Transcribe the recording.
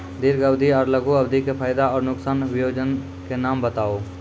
दीर्घ अवधि आर लघु अवधि के फायदा आर नुकसान? वयोजना के नाम बताऊ?